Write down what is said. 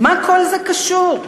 מה כל זה קשור?